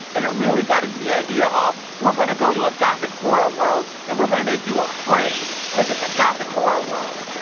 and it really got into the idea of, we're going to go to a gothic horror world and we're going to make you afraid because it's a gothic horror world.